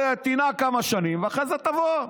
תנהג כמה שנים, ואחרי זה תבוא.